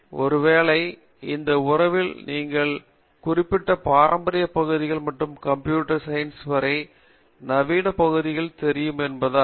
ஒருவேளை இந்த உறவில் நீங்கள் இருவரும் குறிப்பிட்ட பாரம்பரிய பகுதிகள் மற்றும் கம்ப்யூட்டர் சயின்ஸ் வரை வரும் நவீன பகுதிகள் தெரியும் என்பதால்